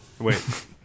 Wait